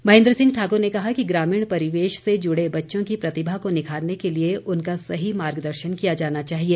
महेन्द्र सिंह ठाकुर ने कहा कि ग्रामीण परिवेश से जुड़े बच्चों की प्रतिभा को निखारने के लिए उनका सही मार्ग दर्शन किया जाना चाहिए